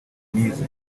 nize